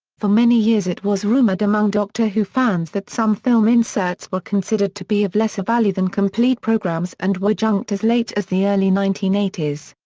for many years it was rumoured among doctor who fans that some film inserts were considered to be of lesser value than complete programmes and were junked as late as the early nineteen eighty s.